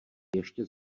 ještě